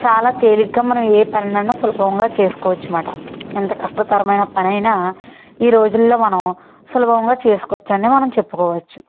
చాలా తేలిగ్గా మనం ఏ పనినైనా సులభంగా చేసుకోచ్చుమాట ఎంత కష్టతరమైన పనైనా ఈ రోజుల్లో మనం సులభంగా చేసుకోవచ్చనే మనం చెప్పుకోవచ్చు